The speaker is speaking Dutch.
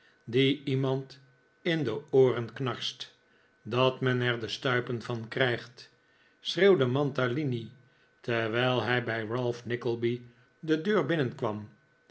die iemand in de ooren knarst dat men er de stuipen van krijgt schreeuwde mantalini terwijl hij bij ralph nickleby de deur binnenkwam